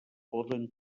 poden